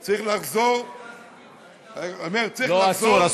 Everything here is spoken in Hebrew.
לא, אסור.